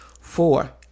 four